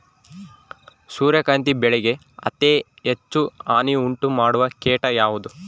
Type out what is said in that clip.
ಸೂರ್ಯಕಾಂತಿ ಬೆಳೆಗೆ ಅತೇ ಹೆಚ್ಚು ಹಾನಿ ಉಂಟು ಮಾಡುವ ಕೇಟ ಯಾವುದು?